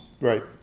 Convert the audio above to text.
Right